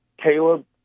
Caleb